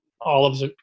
olives